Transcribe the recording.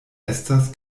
estas